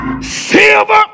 silver